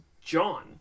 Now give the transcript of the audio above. John